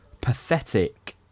pathetic